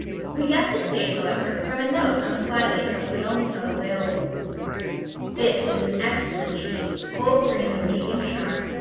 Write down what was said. we guessed its fate, however, from a note on the flyleaf of the only tome available this is an excellent cheese, full cream and medium sharp,